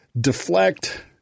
deflect